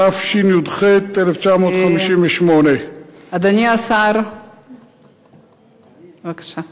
התשי"ח 1958. אדוני השר, בבקשה.